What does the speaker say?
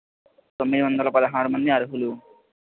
తొమ్మిది వందల పదహారు మంది అర్హులు